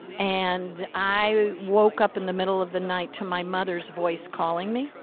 and i woke up in the middle of the night to my mother's voice calling me.